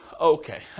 Okay